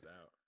out